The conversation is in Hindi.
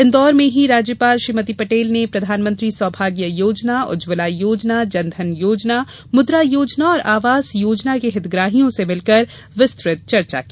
इंदौर में ही राज्यपाल श्रीमती पटेल ने प्रधानमंत्री सौभाग्य योजना उज्जवला योजना जन धन योजना मुद्रा योजना और आवास योजना के हितग्राहियों से मिलकर विस्तृत चर्चा की